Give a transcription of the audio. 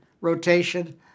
rotation